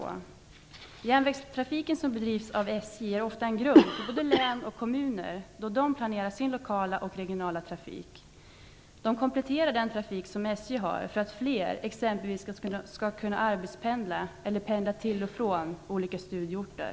Den järnvägstrafik som bedrivs av SJ är ofta en grund för både län och kommuner då de planerar sin lokala och regionala trafik. Denna kompletterar den trafik som SJ bedriver, exempelvis för att flera skall kunna arbetspendla eller pendla till och från olika studieorter.